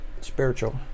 Spiritual